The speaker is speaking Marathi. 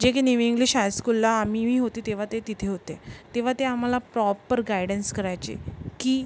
जे की न्यू इंग्लिश हायस्कूलला आम्ही वी होती तेव्हा ते तिथे होते तेव्हा ते आम्हाला प्रॉपर गायडन्स करायचे की